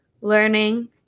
learning